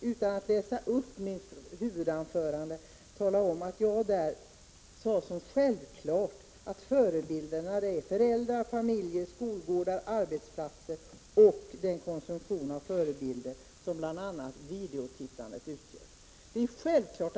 jag sade i mitt huvudanförande är föräldrar och familjen förebilder. Man påverkas av vad som händer på skolgårdar och arbetsplatser och av den konsumtion av förebilder som bl.a. videotittandet utgör.